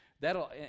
that'll